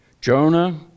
Jonah